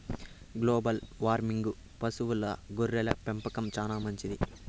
global వార్మింగ్కు పశువుల గొర్రెల పెంపకం చానా మంచిది